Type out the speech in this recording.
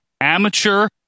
amateur